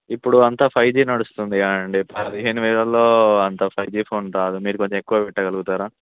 ఇప్పుడు అంతా five G నడుస్తుంది అండీ పదిహేను వేలలో అంత ఫైవ్ జీ ఫోన్ రాదు మీరు కొంచెం ఎక్కువ పెట్టగలుగుతారా